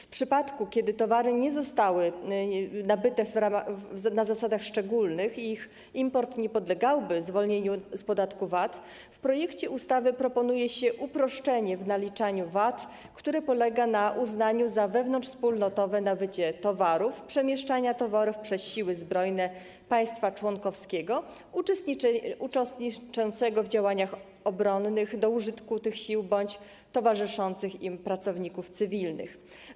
W przypadku gdy towary nie zostały nabyte na zasadach szczególnych i ich import nie podlegałby zwolnieniu z podatku VAT, w projekcie ustawy proponuje się uproszczenie w naliczaniu VAT, które polega na uznaniu za wewnątrzwspólnotowe nabycie towarów przemieszczenia towarów przez siły zbrojne państwa członkowskiego uczestniczącego w działaniach obronnych do użytku tych sił bądź towarzyszących im pracowników cywilnych.